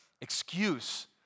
excuse